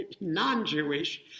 non-Jewish